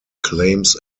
claims